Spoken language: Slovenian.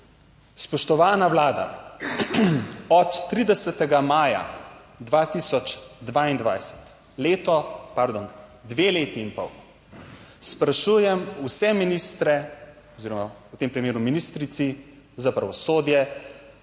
Spoštovana Vlada, od 30. maja 2022 leto, pardon, dve leti in pol, sprašujem vse ministre oziroma v tem primeru ministrici za pravosodje,